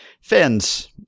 fans